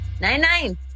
Nine-Nine